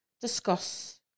discuss